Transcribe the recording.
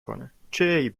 کنن، چه